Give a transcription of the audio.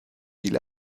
viel